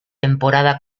temporada